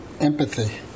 Empathy